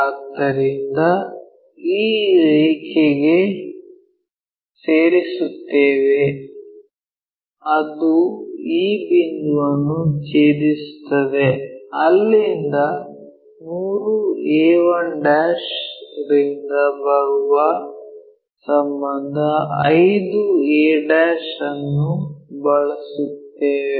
ಆದ್ದರಿಂದ ಈ ರೇಖೆಗೆ ಸೇರಿಸುತ್ತೇವೆ ಅದು ಈ ಬಿಂದುವನ್ನು ಛೇದಿಸುತ್ತದೆ ಅಲ್ಲಿಂದ 3 a1 ರಿಂದ ಬರುವ ಸಂಬಂಧ 5a ಅನ್ನು ಬಳಸುತ್ತಿದ್ದೇವೆ